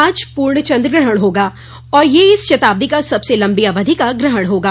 आज पूर्ण चन्द्रग्रहण होगा और यह इस शताब्दी का सबसे लंबी अवधि का ग्रहण होगा